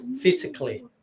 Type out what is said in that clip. physically